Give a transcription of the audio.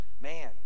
man